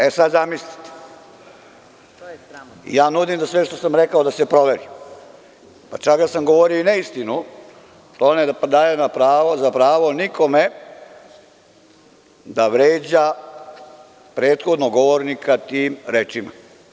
E, sada zamislite, ja nudim da sve što sam rekao da se proveri, pa čak da sam govorio i neistinu, to ne daje za pravo nikome da vređa prethodnog govornika tim rečima.